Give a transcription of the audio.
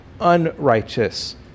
unrighteous